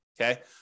okay